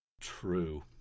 true